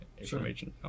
information